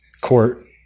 Court